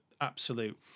absolute